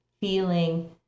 feeling